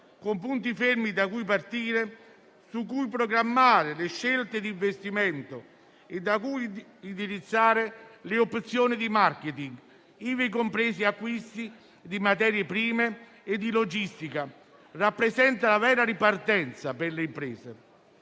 con punti fermi da cui partire, su cui programmare le scelte di investimento e da cui indirizzare le opzioni di *marketing*, ivi compresi acquisti di materie prime e di logistica, rappresenta la vera ripartenza per le imprese.